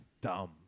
dumb